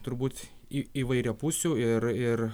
turbūt į įvairiapusių ir ir